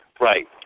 Right